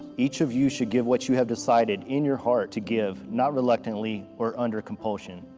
each of you should give what you have decided in your heart to give, not reluctantly or under compulsion,